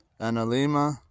Analema